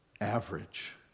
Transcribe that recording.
average